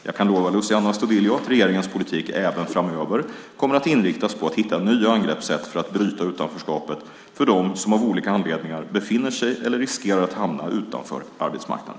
Jag kan lova Luciano Astudillo att regeringens politik även framöver kommer att inriktas på att hitta nya angreppssätt för att bryta utanförskapet för dem som av olika anledningar befinner sig eller riskerar att hamna utanför arbetsmarknaden.